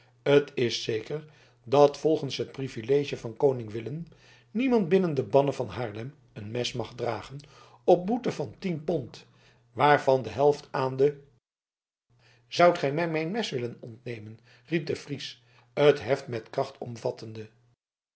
t is zeker dat volgens het privilege van koning willem niemand binnen den banne van haarlem een mes mag dragen op een boete van tien pond waarvan de helft aan den zoudt ge mij mijn mes willen ontnemen riep de fries het heft met kracht omvattende